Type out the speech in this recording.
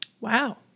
Wow